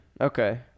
Okay